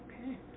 Okay